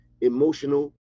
emotional